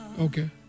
Okay